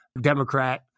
Democrat